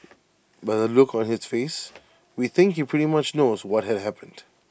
by the look on his face we think he pretty much knows what had happened